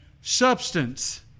substance